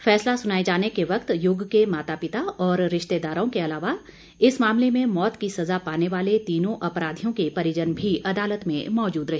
फैसला सुनाए जाने के वक्त युग के माता पिता और रिश्तेदारों के अलावा इस मामले में मौत की सजा पाने वाले तीनों अपराधियों के परिजन भी अदालत में मौजूद रहे